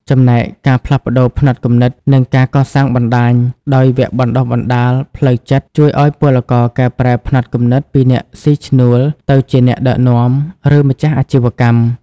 ចំណែកការផ្លាស់ប្តូរផ្នត់គំនិត និងការកសាងបណ្តាញ ដោយវគ្គបណ្តុះបណ្តាលផ្លូវចិត្ត ជួយឲ្យពលករកែប្រែផ្នត់គំនិតពីអ្នកស៊ីឈ្នួលទៅជាអ្នកដឹកនាំ ឬម្ចាស់អាជីវកម្ម។